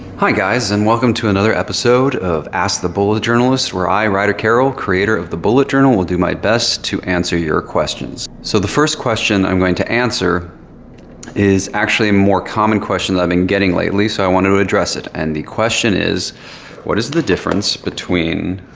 hi, guys, and welcome to another episode of ask the bullet journalist, where i, ryder carroll, creator of the bullet journal will do my best to answer your questions. so the first question i'm going to answer is actually a more common question that i've been getting lately so i want to to address it. and the question is what is the difference between